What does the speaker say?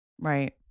Right